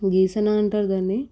గీసెన అంటారు దాన్ని